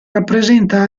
rappresenta